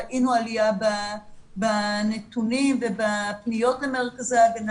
ראינו עלייה בנתונים ובפניות למרכזי ההגנה